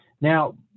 Now